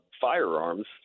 firearms